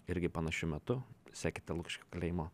irgi panašiu metu sekite lukiškių kalėjimo